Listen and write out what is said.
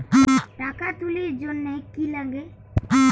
টাকা তুলির জন্যে কি লাগে?